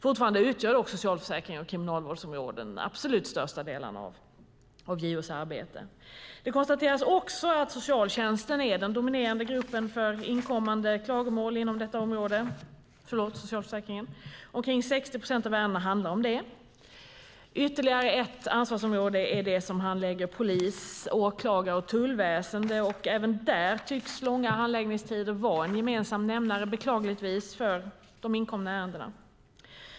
Fortfarande utgör dock socialförsäkrings och kriminalvårdsområdena de absolut största delarna av JO:s arbete. Det konstateras också att socialtjänsten är den dominerande gruppen av inkommande klagomål inom socialförsäkringen. Omkring 60 procent av ärendena handlar om det. Ytterligare ett ansvarsområde är det som handlägger polis-, åklagar och tullväsen. Även där tycks långa handläggningstider vara en gemensam nämnare, beklagligtvis, för de inkomna ärendena.